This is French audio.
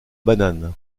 banane